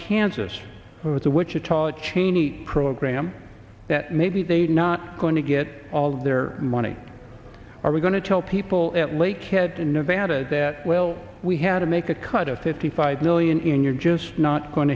kansas the wichita chaney program that maybe they not going to get all of their money are we going to tell people at lakehead in nevada that well we had to make a cut of fifty five million in you're just not going